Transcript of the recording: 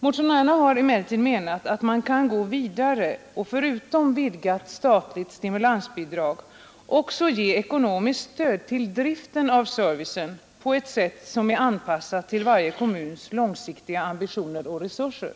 Motionärerna har emellertid menat att man kan gå vidare och förutom vidgat statligt stimulansbidrag också ge ekonomiskt stöd till driften av servicen på ett sätt som är anpassat till varje kommuns långsiktiga ambitioner och resurser.